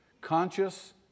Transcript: Conscious